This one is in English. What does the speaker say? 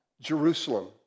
Jerusalem